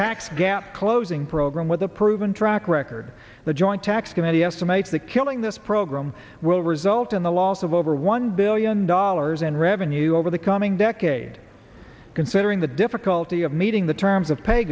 tax gap closing program with a proven track record the joint tax committee estimates that killing this program will result in the loss of over one billion dollars in revenue over the coming decade considering the difficulty of meeting the terms of pay